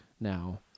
now